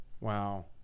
Wow